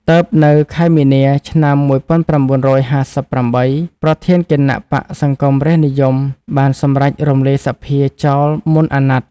ទើបនៅខែមីនា ឆ្នាំ ១៩៥៨ ប្រធានគណបក្សសង្គមរាស្ត្រនិយមបានសម្រេចរំលាយរដ្ឋសភាចោលមុនអាណត្តិ។